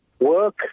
work